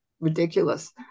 ridiculous